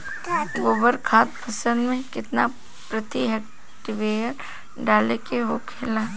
गोबर खाद फसल में कितना प्रति हेक्टेयर डाले के होखेला?